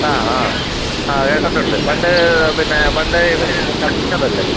ആ ആ ആ കേട്ടിട്ടുണ്ട് പണ്ട് പിന്നെ പണ്ടേ ഇവർ കമ്മ്യൂണിസ്റ്റുകാരല്ലേ